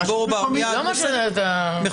הרשות המקומית --- חברת הכנסת ברק,